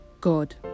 God